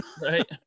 right